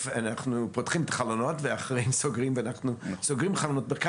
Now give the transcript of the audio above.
אנחנו פותחים את החלונות וסוגרים אותם בקיץ.